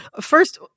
first